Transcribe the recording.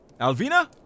Alvina